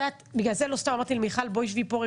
בגלל זה לא סתם אמרתי למיכל: שבי פה,